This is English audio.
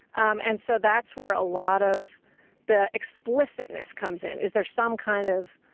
um and so that's where a lot of the explicitness comes in. is there some kind of